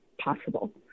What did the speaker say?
possible